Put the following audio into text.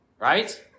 right